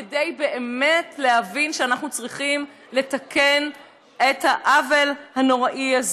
כדי באמת להבין שאנחנו צריכים לתקן את העוול הנורא הזה,